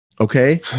Okay